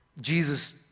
Jesus